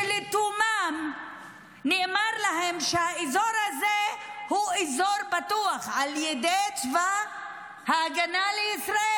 שלתומם נאמר להם שהאזור הזה הוא אזור בטוח על ידי צבא ההגנה לישראל.